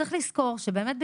וצריך לזכור שבאמת,